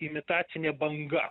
imitacinė banga